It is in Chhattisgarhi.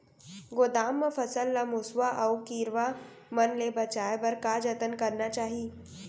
गोदाम मा फसल ला मुसवा अऊ कीरवा मन ले बचाये बर का जतन करना चाही?